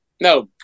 No